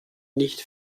nicht